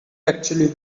actually